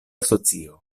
socio